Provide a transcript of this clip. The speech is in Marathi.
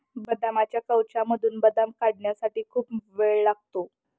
बदामाच्या कवचामधून बदाम काढण्यासाठी खूप वेळ लागतो